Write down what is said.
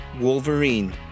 Wolverine